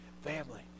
family